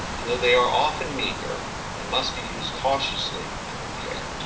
and though they are often meeker and must be used cautiously and with care.